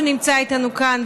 שנמצא איתנו כאן,